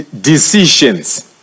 decisions